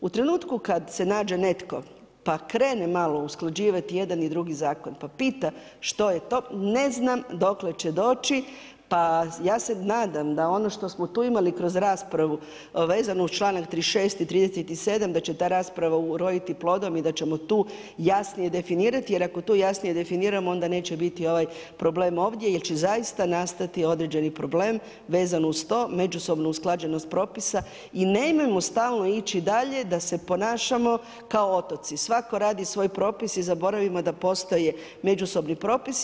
U trenutku kad se nađe netko pa krene malo usklađivati jedan i drugi zakon, pa pita što je to, ne znam dokle će doći, pa ja se nadam da ono što smo tu imali kroz raspravu vezano uz članak 36. i 37. da će ta rasprava uroditi plodom i da ćemo to jasnije definirati, jer ako to jasnije definiramo onda neće biti ovaj problem ovdje jer će zaista nastati određeni problem vezan uz to, međusobnu usklađenost propisa, nemojmo stalno ići dalje da se ponašamo kao otoci, svatko radi svoj propis i zaboravimo da postoje međusobni propisi.